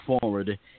forward